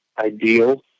ideal